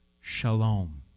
Shalom